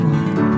one